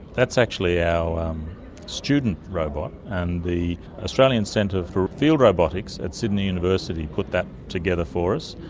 that's actually our student robot, and the australian centre for field robotics at sydney university put that together for us.